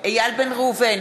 איל בן ראובן,